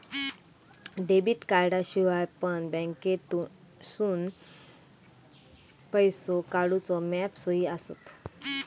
debit कार्डाशिवाय पण बँकेतसून पैसो काढूचे मॉप सोयी आसत